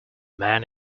man